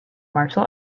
martial